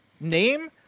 Name